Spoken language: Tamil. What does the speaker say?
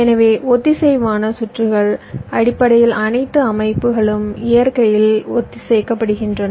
எனவே ஒத்திசைவான சுற்றுகள் அடிப்படையில் அனைத்து அமைப்புகளும் இயற்கையில் ஒத்திசைக்கப்படுகின்றன